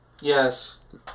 Yes